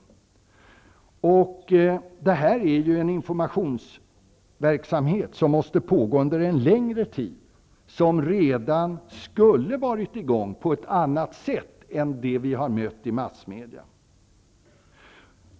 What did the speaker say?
Det här är ju en informationsverksamhet som måste pågå under en längre tid och som redan borde ha varit i gång på ett annat sätt än det vi har mött i massmedia.